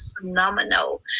phenomenal